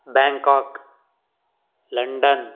Bangkok London